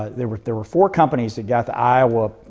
there were there were four companies that got the iowa,